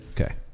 Okay